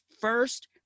first